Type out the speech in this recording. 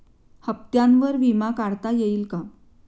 हप्त्यांवर विमा काढता येईल का?